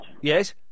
Yes